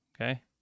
Okay